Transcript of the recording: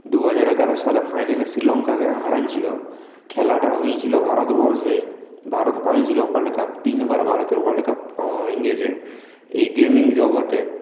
দুহাজার এগারো সালে ফাইনালে শ্রীলঙ্কাকে হারিয়েছিল খেলাটা হয়েছিল ভারতবর্ষেই ভারত পেয়েছিল ওয়ার্ল্ড কাপ তিনবার ভারতের ওয়ার্ল্ড কাপ পাওয়া হয়ে গিয়েছে এই গেমিং জগতে